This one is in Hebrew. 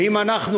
ואם אנחנו